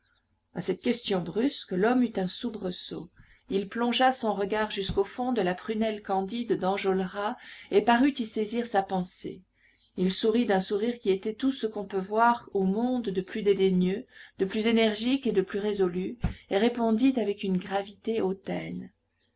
à cette question brusque l'homme eut un soubresaut il plongea son regard jusqu'au fond de la prunelle candide d'enjolras et parut y saisir sa pensée il sourit d'un sourire qui était tout ce qu'on peut voir au monde de plus dédaigneux de plus énergique et de plus résolu et répondit avec une gravité hautaine